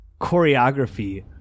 choreography